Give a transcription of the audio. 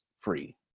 free